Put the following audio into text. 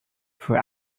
for